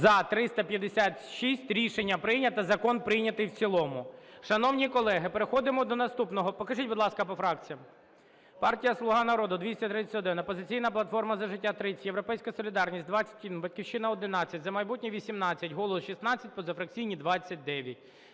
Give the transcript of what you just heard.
За-356 Рішення прийнято. Закон прийнятий в цілому. Шановні колеги, переходимо до наступного… Покажіть, будь ласка, по фракціях. Партія "Слуга народу" - 231, "Опозиційна платформа - За життя" – 3, "Європейська солідарність" – 21, "Батьківщина" – 11, "За майбутнє" – 18, "Голос" – 16, позафракційні – 29.